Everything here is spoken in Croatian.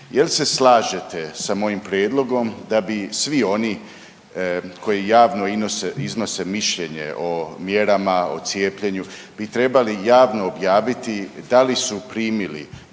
Jel se slažete sa mojim prijedlog da bi svi oni koji javno iznose mišljenje o mjerama o cijepljenu bi trebali javno objaviti da li su primili